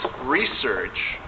research